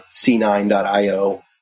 c9.io